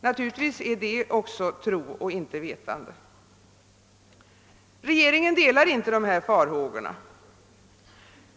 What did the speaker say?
— Naturligtvis är också detta tro och inte vetande. Regeringen delar inte dessa farhågor.